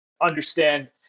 understand